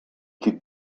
could